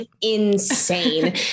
insane